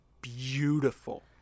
beautiful